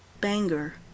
Banger